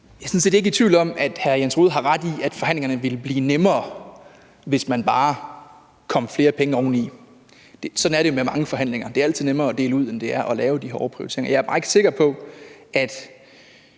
Jeg er sådan set ikke i tvivl om, at hr. Jens Rohde har ret i, at forhandlingerne ville blive nemmere, hvis man bare kom flere penge oveni. Sådan er det jo med mange forhandlinger; det er altid nemmere at dele ud, end det er at lave de hårde prioriteringer. Jeg er bare ikke sikker på, at